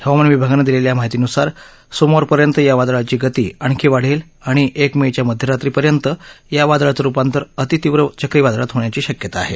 हवामान विभागानं दिलेल्या माहितीनुसार सोमवार पर्यंत या वादळाची गती आणखी वाढेल आणि एक मे च्या मध्यरात्री पर्यंत या वादळाचं रूपांतर अतितीव्र चक्रीवादळात होण्याची शक्यता आहे